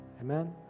Amen